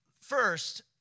first